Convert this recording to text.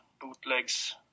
bootlegs